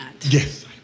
Yes